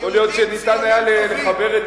יכול להיות שניתן היה לחבר את